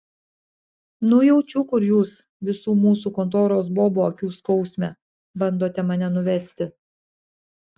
nujaučiu kur jūs visų mūsų kontoros bobų akių skausme bandote mane nuvesti